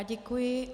Děkuji.